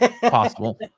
possible